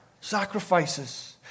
Sacrifices